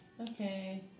Okay